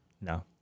No